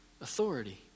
Authority